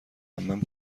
عمم